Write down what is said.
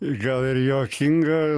gal ir juokinga